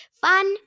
Fun